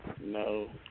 No